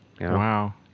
Wow